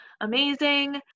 amazing